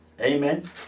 Amen